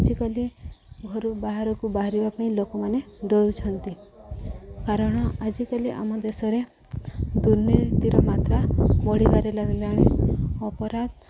ଆଜିକାଲି ଘରୁ ବାହାରକୁ ବାହାରିବା ପାଇଁ ଲୋକମାନେ ଡରୁଛନ୍ତି କାରଣ ଆଜିକାଲି ଆମ ଦେଶରେ ଦୁର୍ନୀତିର ମାତ୍ରା ବଢ଼ିବାରେ ଲାଗିଲାଣି ଅପରାଧ